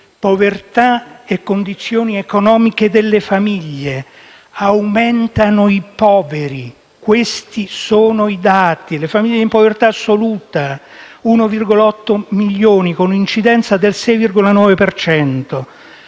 Povertà e condizioni economiche delle famiglie: aumentano i poveri. Questi sono i dati: le famiglie in povertà assoluta sono 1,8 milioni, con un'incidenza del 6,9